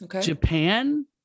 Japan